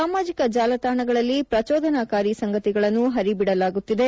ಸಾಮಾಜಿಕ ಜಾಲತಾಣಗಳಲ್ಲಿ ಪ್ರಚೋದನಕಾರಿ ಸಂಗತಿಗಳನ್ನು ಹರಿಬಿಡಲಾಗುತ್ತಿದೆ